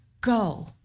Go